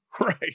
Right